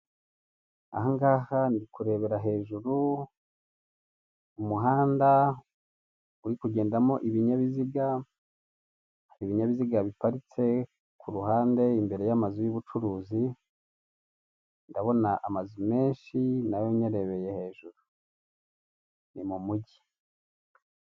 Aha ngaha ndi kurebera hejuru, umuhanda uri kugendamo ibinyabiziga, hari ibinyabiziga biparitse ku ruhande imbere y'amazu y'ubucuruzi, ndabona amazu menshi na yo nyarebeye hejuru, ni mumujyi.